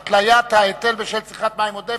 (התליית ההיטל בשל צריכת מים עודפת).